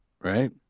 right